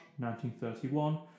1931